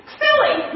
silly